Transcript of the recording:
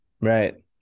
right